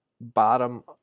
bottom